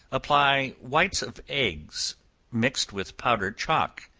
apply whites of eggs mixed with powdered chalk,